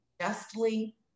justly